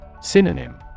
Synonym